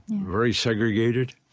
very segregated.